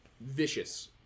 vicious